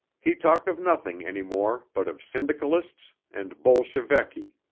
he talked of nothing any more but of syndicalists and bolsheviki